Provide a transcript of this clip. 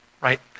right